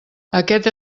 aquest